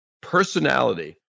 personality